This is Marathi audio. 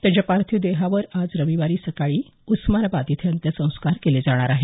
त्यांच्या पार्थिव देहावर आज रविवारी सकाळी उस्मानाबाद इथं अंत्यसंस्कार केले जाणार आहेत